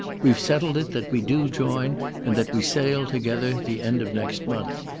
we've settled it that we do join and that we sail together the end of next month.